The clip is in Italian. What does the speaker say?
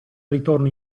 ritorno